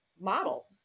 model